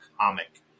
comic